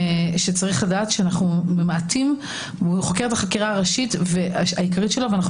הוא חוקר את החקירה העיקרית שלו ואנחנו